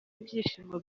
ibyishimo